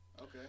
Okay